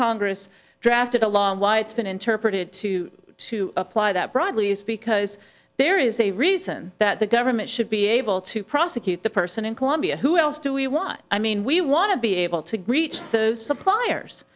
congress drafted the law and why it's been interpreted to to apply that broadly is because there is a reason that the government should be able to prosecute the person in colombia who else do we want i mean we want to be able to reach those suppliers